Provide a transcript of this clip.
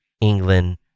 england